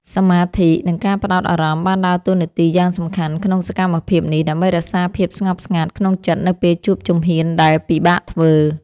សមាធិ និងការផ្ដោតអារម្មណ៍បានដើរតួនាទីយ៉ាងសំខាន់ក្នុងសកម្មភាពនេះ ដើម្បីរក្សាភាពស្ងប់ស្ងាត់ក្នុងចិត្តនៅពេលជួបជំហានដែលពិបាកធ្វើ។